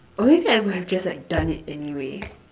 or maybe I would have just like done it anyway